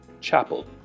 chapel